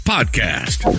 Podcast